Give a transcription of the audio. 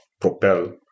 propel